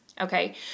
Okay